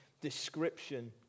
description